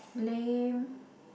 lame